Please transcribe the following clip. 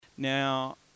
Now